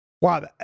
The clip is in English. Wow